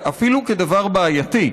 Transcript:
אלא אפילו כדבר בעייתי,